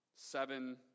Seven